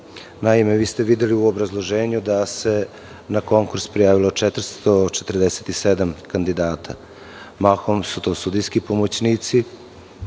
Naime, videli ste u obrazloženju da se na konkurs prijavilo 447 kandidata, mahom su to sudijski pomoćnici